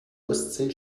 ostsee